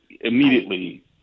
immediately